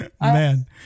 Man